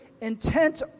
intent